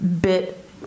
bit